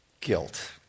Guilt